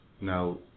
now